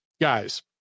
Guys